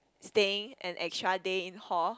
staying an extra day in hall